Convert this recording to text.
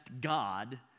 God